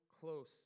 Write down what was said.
close